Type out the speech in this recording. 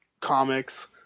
comics